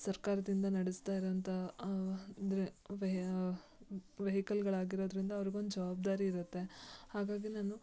ಸರ್ಕಾರದಿಂದ ನಡೆಸ್ತಾ ಇರೋಂಥ ಅಂದರೆ ವೆಹಿಕಲ್ಗಳಾಗಿರೋದರಿಂದ ಅವ್ರಿಗೊಂದು ಜವಾಬ್ದಾರಿ ಇರುತ್ತೆ ಹಾಗಾಗಿ ನಾನು